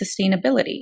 sustainability